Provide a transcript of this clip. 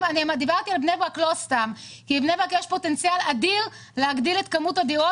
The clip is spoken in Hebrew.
בבני-ברק יש פוטנציאל אדיר להגדיל את כמות הדירות